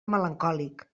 melancòlic